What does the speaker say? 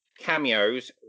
Cameos